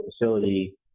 facility